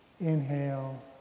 inhale